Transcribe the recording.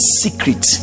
secret